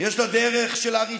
יש לה דרך של עריצות,